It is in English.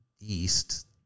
east